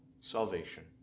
salvation